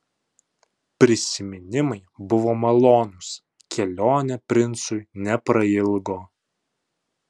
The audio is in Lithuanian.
prisiminimai buvo malonūs kelionė princui neprailgo